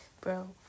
bro